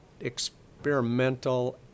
experimental